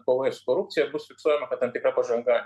pavojus korupcija bus fiksuojama tam tikra pažanga